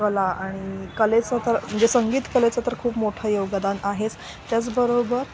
कला आणि कलेचं तर म्हणजे संगीत कलेचं तर खूप मोठं योगदान आहेच त्याचबरोबर